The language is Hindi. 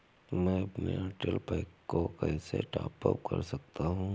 मैं अपने एयरटेल पैक को कैसे टॉप अप कर सकता हूँ?